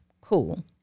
cool